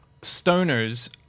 stoners